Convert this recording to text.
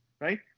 Right